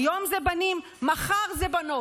היום זה בנים, מחר זה בנות,